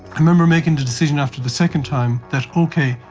i remember making the decision after the second time that, okay,